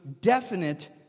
definite